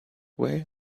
way